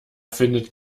findet